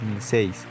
2006